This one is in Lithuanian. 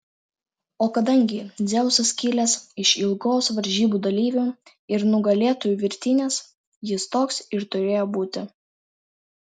o kadangi dzeusas kilęs iš ilgos varžybų dalyvių ir nugalėtojų virtinės jis toks ir turėjo būti